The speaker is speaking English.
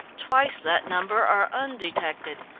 twice that number are undetected.